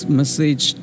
message